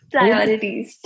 Priorities